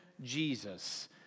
Jesus